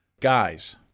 Guys